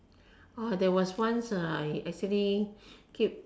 orh there was once I actually keep